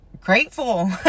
grateful